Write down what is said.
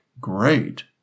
great